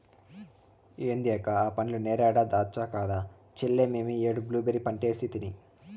ఏంది అక్క ఆ పండ్లు నేరేడా దాచ్చా కాదు చెల్లే మేమీ ఏడు బ్లూబెర్రీ పంటేసితిని